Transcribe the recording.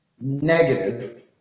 negative